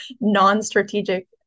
non-strategic